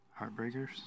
Heartbreakers